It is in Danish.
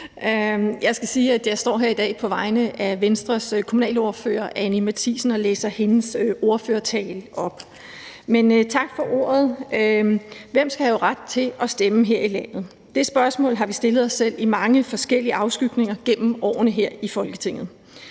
her i dag på vegne af Venstres kommunalordfører, Anni Matthiesen, og læser hendes ordførertale op, men tak for ordet. Hvem skal have ret til at stemme her i landet? Det spørgsmål har vi stillet os selv i mange forskellige afskygninger gennem årene her i Folketinget.